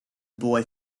boy